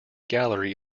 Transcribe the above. gallery